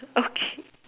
okay